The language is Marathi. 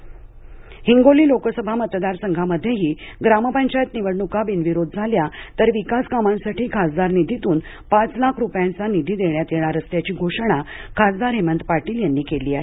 हिंगोली ग्रामपंचायत निवडणूक हिंगोली लोकसभा मतदारसंघामध्येही ग्रामपंचायत निवडणुका बिनविरोध झाल्या तर विकासकामांसाठी खासदार निधीतून पाच लाख रुपयांचा निधी देण्यात येणार असल्याची घोषणा खासदार हेमंत पाटील यांनी केली आहे